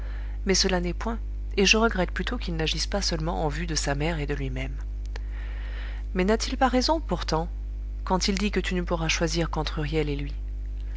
mais cela n'est point et je regrette plutôt qu'il n'agisse pas seulement en vue de sa mère et de lui-même mais n'a-t-il pas raison pourtant quand il dit que tu ne pourras choisir qu'entre huriel et lui